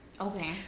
okay